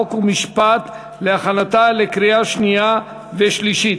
חוק ומשפט להכנתה לקריאה שנייה ושלישית.